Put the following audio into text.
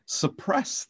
suppress